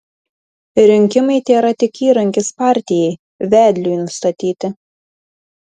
rinkimai tėra tik įrankis partijai vedliui nustatyti